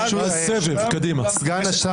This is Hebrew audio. סגן השר